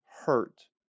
hurt